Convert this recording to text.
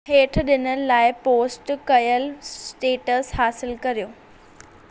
हेठि ॾिनल लाइ पोस्ट कयलु स्टेटसु हासिलु करियो